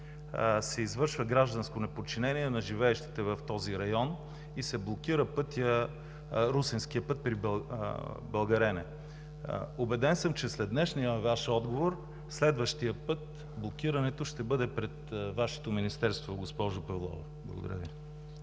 петък има гражданско неподчинение на живеещите в този район и се блокира Русенския път при Българене. Убеден съм, че след днешния Ваш отговор следващият път блокирането ще бъде пред Вашето министерство, госпожо Павлова. Благодаря Ви.